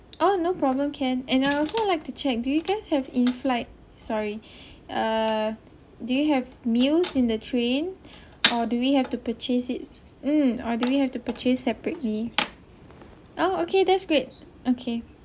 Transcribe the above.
oh no problem can and I also like to check you guys have in-flight sorry uh do you have meals in the train or do we have to purchase it mm or do we have to purchase separately oh okay that's great okay